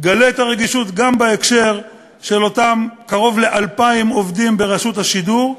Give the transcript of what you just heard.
גלה את הרגישות גם בהקשר של אותם קרוב ל-2,000 עובדים ברשות השידור,